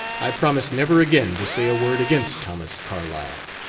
i promise never again to say a word against thomas carlyle.